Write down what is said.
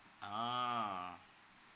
ah